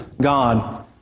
God